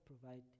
provide